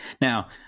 now